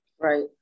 Right